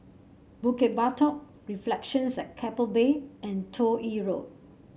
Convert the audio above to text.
Bukit Batok Reflections at Keppel Bay and Toh Yi Road